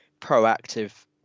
proactive